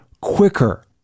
quicker